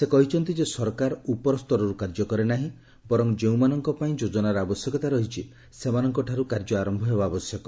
ସେ କହିଛନ୍ତି ଯେ ସରକାର ଉପର ସ୍ତରରୁ କାର୍ଯ୍ୟ କରେନାହିଁ ବର୍ଚ୍ଚ ଯେଉଁମାନଙ୍କ ପାଇଁ ଯୋଜନାର ଆବଶ୍ୟକତା ରହିଛି ସେମାନଙ୍କ ଠାରୁ କାର୍ଯ୍ୟ ଆରୟ ହେବା ଆବଶ୍ୟକ